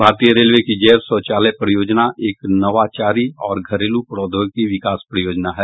भारतीय रेलवे की जैव शौचालय परियोजना एक नवाचारी और घरेलू प्रौद्योगिकी विकास परियोजना है